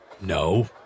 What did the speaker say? no